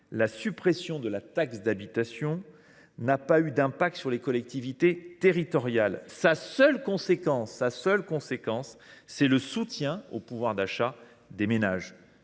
La suppression de la taxe d’habitation n’a pas eu d’impact sur les collectivités territoriales. Sa seule conséquence est bien le soutien au pouvoir d’achat des ménages